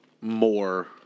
more